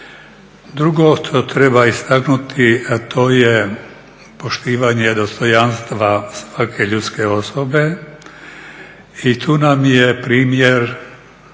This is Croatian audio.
Drugo što treba istaknuti to je poštivanje dostojanstva svake ljudske osobe i tu nam je primjer